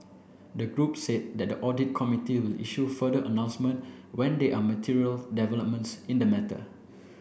the group said that the audit committee will issue further announcement when there are material developments in the matter